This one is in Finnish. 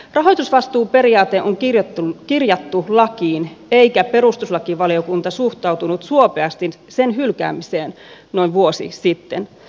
rahoitusvastuun periaate on kirjattu lakiin eikä perustuslakivaliokunta suhtautunut suopeasti sen hylkäämiseen noin vuosi sitten